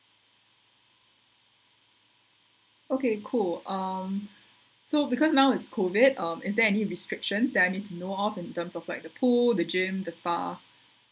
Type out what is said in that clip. okay cool um so because now is COVID um is there any restrictions that I need to know of in terms of like the pool the gym the spa